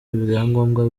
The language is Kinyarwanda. ibyangombwa